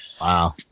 Wow